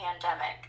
pandemic